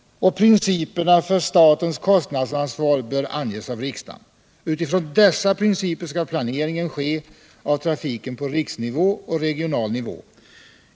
Principerna för statens kostnadsansvar bör anges av riksdagen. Utifrån dessa principer skall planeringen ske av trafiken på riksnivå och regional nivå.